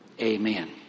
amen